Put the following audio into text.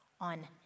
on